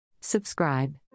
Subscribe